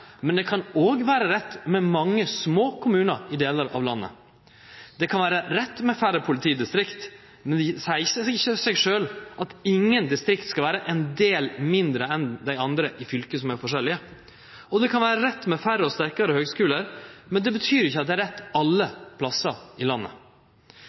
men det kan òg vere rett med mange små kommunar i delar av landet. Det kan vere rett med færre politidistrikt, men det seier seg ikkje sjølv at ingen distrikt skal vere ein del mindre enn dei andre i fylket, fordi dei er forskjellige. Det kan vere rett med færre og sterkare høgskular, men det betyr ikkje at det er rett